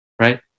right